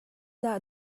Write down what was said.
dah